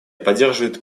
поддерживает